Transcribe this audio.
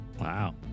wow